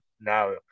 now